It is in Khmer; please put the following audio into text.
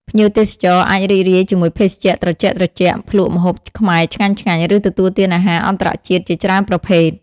ភ្ញៀវទេសចរអាចរីករាយជាមួយភេសជ្ជៈត្រជាក់ៗ ភ្លក្សម្ហូបខ្មែរឆ្ងាញ់ៗ ឬទទួលទានអាហារអន្តរជាតិជាច្រើនប្រភេទ។